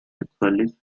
sexuales